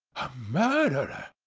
murderer!